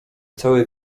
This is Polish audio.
cały